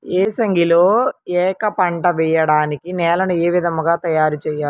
ఏసంగిలో ఏక పంటగ వెయడానికి నేలను ఏ విధముగా తయారుచేయాలి?